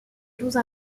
douze